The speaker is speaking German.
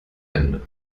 ende